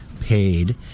paid